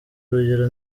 urugero